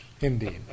Indeed